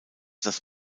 das